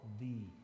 thee